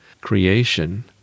creation